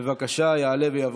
בבקשה, יעלה ויבוא.